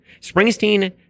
Springsteen